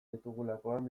ditugulakoan